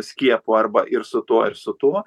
skiepu arba ir su tuo ir su tuo